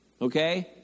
Okay